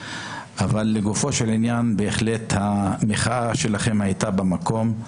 לגופו של עניין, בהחלט המחאה שלכם הייתה במקום.